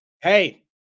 Hey